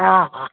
हा हा